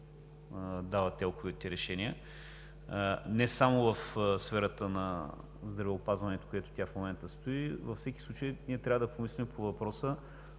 дава ТЕЛК-овите решения, не само в сферата на здравеопазването, където тя в момента стои. Във всеки случай ние трябва да помислим по въпроса